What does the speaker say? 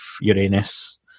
Uranus